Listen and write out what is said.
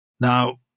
Now